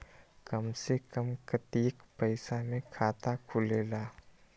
कम से कम कतेइक पैसा में खाता खुलेला?